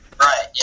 right